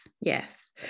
Yes